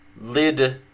lid